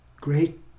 great